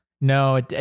No